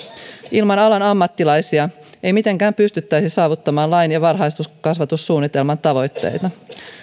ilman alan ammattilaisia ei mitenkään pystyttäisi saavuttamaan lain ja varhaiskasvatussuunnitelman tavoitteita